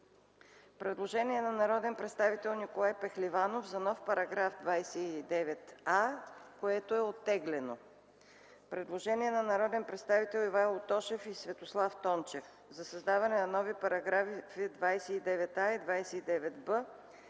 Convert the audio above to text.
предложение на народния представител Николай Пехливанов за нов § 29а, което е оттеглено. Предложение на народните представители Ивайло Тошев и Светослав Тончев за създаване на нови § 29а и 29б.